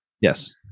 Yes